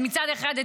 מצד אחד,